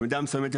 במידה מסוימת,